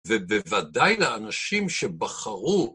ובוודאי לאנשים שבחרו